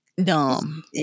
Dumb